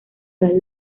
radio